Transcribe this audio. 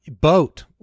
boat